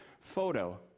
photo